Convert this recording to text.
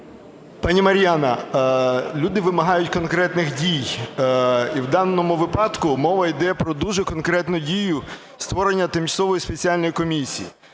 Пані Мар'яна, люди вимагають конкретних дій. І в даному випадку мова йде про дуже конкретну дію – створення тимчасової спеціальної комісії.